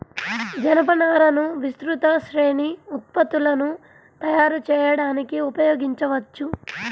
జనపనారను విస్తృత శ్రేణి ఉత్పత్తులను తయారు చేయడానికి ఉపయోగించవచ్చు